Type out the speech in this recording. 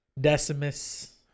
Decimus